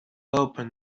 open